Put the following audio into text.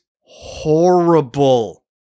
horrible